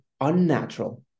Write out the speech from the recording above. unnatural